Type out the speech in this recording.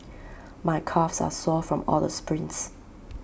my calves are sore from all the sprints